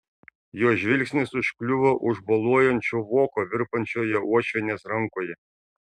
jo žvilgsnis užkliuvo už boluojančio voko virpančioje uošvienės rankoje